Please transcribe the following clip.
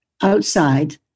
outside